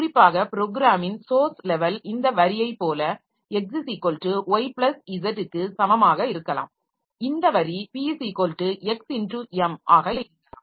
குறிப்பாக ப்ரோக்ராமின் source level இந்த வரியைப் போல x y z க்கு சமமாக இருக்கலாம் இந்த வரி p x m ஆக இருக்கலாம்